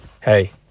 Hey